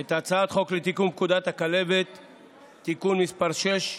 את הצעת חוק לתיקון פקודת הכלבת (תיקון מס' 6),